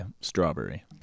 strawberry